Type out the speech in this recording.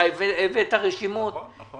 אתה הבאת רשימות -- נכון, נכון.